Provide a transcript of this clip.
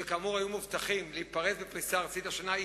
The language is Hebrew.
שכאמור היה מובטח כי ייפרסו פריסה ארצית השנה,